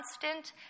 constant